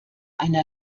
einer